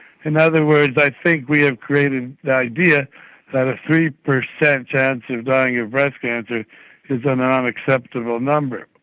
in other words, i think we have created the idea that a three percent chance of dying of breast cancer is an ah unacceptable number.